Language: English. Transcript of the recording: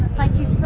thank you